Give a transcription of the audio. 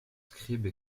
scribe